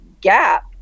gap